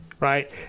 right